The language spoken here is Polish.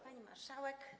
Pani Marszałek!